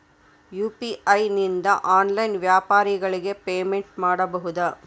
UPI ನಿಂದ online ವ್ಯಾಪಾರಗಳಿಗೆ payment ಮಾಡಬಹುದಾ?